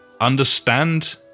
understand